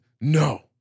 No